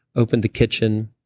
opened the kitchen.